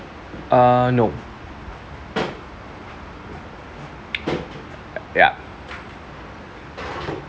uh no yup